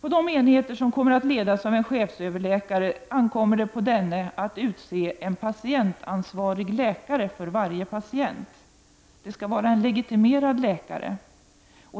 På de enheter som kommer att ledas av en chefsöverläkare ankommer det på denne att utse en patientansvarig läkare för varje patient. Det skall vara en legitimerad läkare.